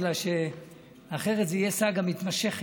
כי אחרת זה יהיה סאגה מתמשכת.